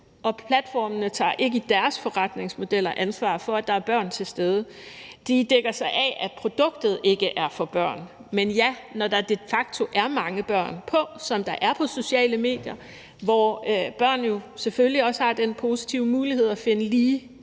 og platformene tager ikke i deres forretningsmodeller ansvar for, at der er børn til stede. De dækker sig ind af, at produktet ikke er for børn. Men ja, når der de facto er mange børn på, som der er på sociale medier, hvor børn jo selvfølgelig også har den positive mulighed at finde lige